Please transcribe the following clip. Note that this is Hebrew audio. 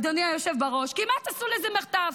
אדוני היושב בראש, כמעט עשו לזה מחטף.